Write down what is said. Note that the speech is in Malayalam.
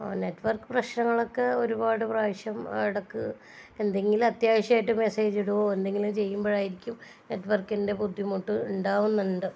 ഓഹ് നെറ്റ്വർക്ക് പ്രശ്നങ്ങളൊക്കെ ഒരുപാട് പ്രാവശ്യം ഇടയ്ക്ക് എന്തെങ്കിലും അത്യാവശ്യമായിട്ട് മെസ്സേജിടുവോ അങ്ങനെ എന്തെങ്കിലും ചെയ്യുമ്പോൾ ആയിരിക്കും നെറ്റ്വർക്കിൻ്റെ ബുദ്ധിമുട്ട് ഉണ്ടാകുന്നുണ്ട്